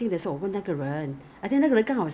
because I think alcohol they cannot touch or something